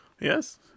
yes